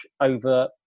over